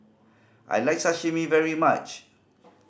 I like Sashimi very much